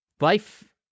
life